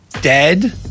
dead